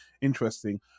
interesting